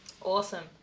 Awesome